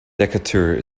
decatur